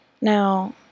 Now